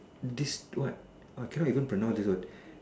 this what !wah! cannot even pronounce this word